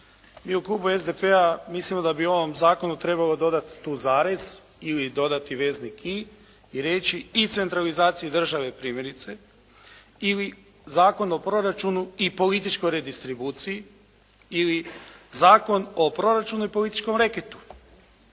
Mi u klubu SDP-a mislimo da bi ovom zakonu trebalo dodati tu zarez ili dodati veznik "i" i reći i centralizaciji države primjerice ili Zakon o proračunu i političkoj redistribuciji ili Zakon o proračunu i političkom reketu.